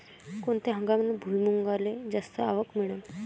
कोनत्या हंगामात भुईमुंगाले जास्त आवक मिळन?